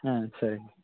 సరే